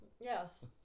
Yes